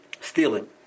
stealing